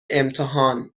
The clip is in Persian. امتحان